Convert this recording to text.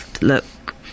look